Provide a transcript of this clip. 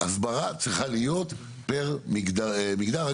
הסברה צריכה להיות מתאימה לכל מגזר.